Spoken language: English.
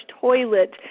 toilet